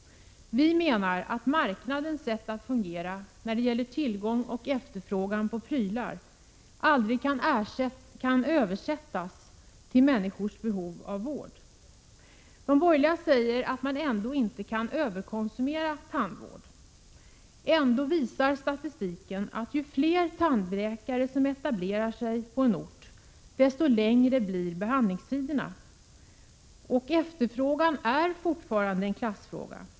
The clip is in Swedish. Vi menar att marknadens sätt att fungera när det gäller tillgång och efterfrågan på prylar aldrig kan översättas till människors behov av vård. De borgerliga säger att man inte kan överkonsumera tandvård. Ändå visar statistiken att ju fler tandläkare som etablerar sig på en ort, desto längre blir behandlingstiderna. Och tandvårdsefterfrågan är fortfarande en klassfråga.